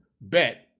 bet